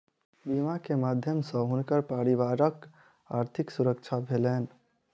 बीमा के माध्यम सॅ हुनकर परिवारक आर्थिक सुरक्षा भेलैन